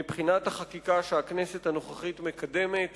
מבחינת החקיקה שהכנסת הנוכחית מקדמת